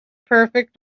perfect